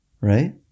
right